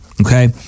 Okay